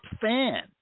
fan